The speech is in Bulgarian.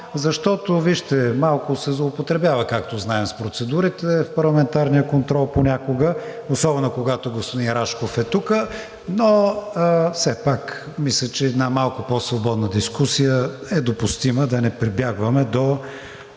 вижте, малко се злоупотребява, както знаем, с процедурите в парламентарния контрол понякога, особено когато господин Рашков е тук, но все пак мисля, че една малко по-свободна дискусия е допустима, да не прибягваме до